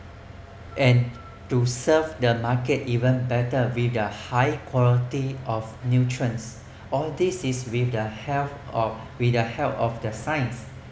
and to serve the market even better with the high quality of nutrients all this is with the help of with the help of the science